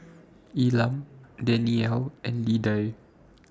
Elam Dannielle and Lidie